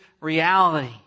reality